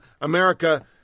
America